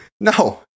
No